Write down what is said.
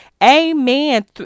Amen